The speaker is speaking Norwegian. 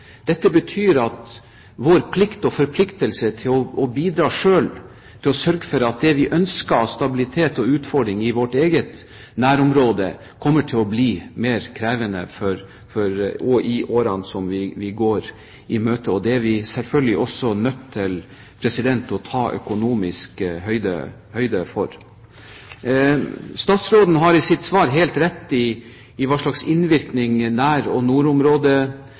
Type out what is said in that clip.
Dette betyr at vår plikt til å bidra selv, til å sørge for at det vi ønsker av stabilitet og utfordringer i vårt eget nærområde, kommer til å bli mer krevende i årene som vi går i møte. Det er vi selvfølgelig også nødt til økonomisk å ta høyde for. Statsråden har i sitt svar helt rett i hva slags innvirkning nær- og nordområdeaktiviteten og -politikken må inneholde. Og verdens oppmerksomhet på det som er vårt nærområde, altså nordområdet,